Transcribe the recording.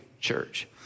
church